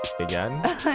Again